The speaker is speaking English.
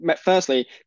firstly